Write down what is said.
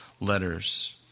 letters